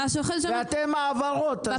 ואתם העברות,